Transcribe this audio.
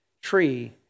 tree